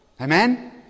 Amen